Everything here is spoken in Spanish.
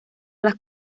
las